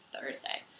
Thursday